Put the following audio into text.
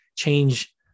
change